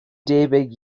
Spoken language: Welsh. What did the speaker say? debyg